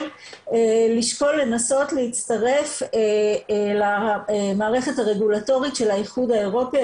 לשקול לנסות להצטרף למערכת הרגולטורית של האיחוד האירופי,